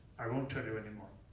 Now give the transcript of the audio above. i won't tell you anymore.